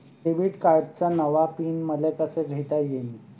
Debit कार्डचा नवा PIN मले कसा घेता येईन?